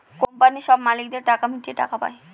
কোম্পানির সব মালিকদের টাকা মিটিয়ে টাকাটা পায়